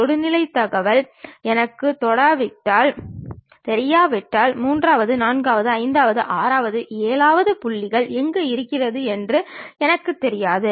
தொடுநிலை தகவல் எனக்குத் தெரியாவிட்டால் மூன்றாவது நான்காவது ஐந்தாவது ஆறாவது ஏழாவது புள்ளிகள் எங்கு இருக்கின்றன என்று எனக்குத் தெரியாது